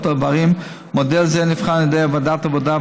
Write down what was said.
איברים מודל זה נבחן על ידי ועדת העבודה,